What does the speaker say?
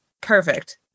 perfect